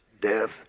death